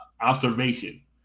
observation